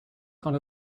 kind